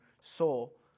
soul